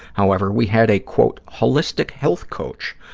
however, we had a, quote, holistic health coach,